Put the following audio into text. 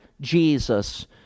Jesus